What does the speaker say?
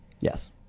Yes